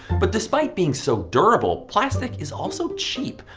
but despite being so durable, plastic is also cheap.